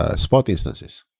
ah spot instances?